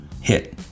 Hit